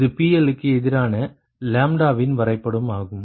இது PL க்கு எதிரான வின் வரைபடம் ஆகும்